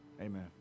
Amen